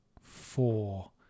four